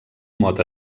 mot